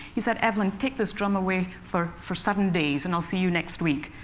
he said, evelyn, take this drum away for for seven days, and i'll see you next week.